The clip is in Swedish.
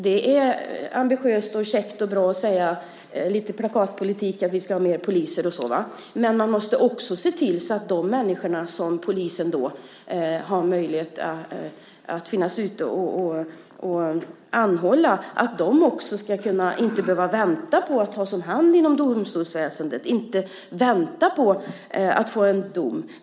Det är ambitiöst, käckt och bra att säga - lite plakatpolitik - att vi ska ha fler poliser och så, men man måste också se till att de människor som polisen måste anhålla inte ska behöva vänta på att tas om hand av domstolsväsendet, inte vänta på att få en dom.